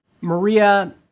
Maria